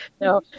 no